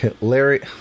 Larry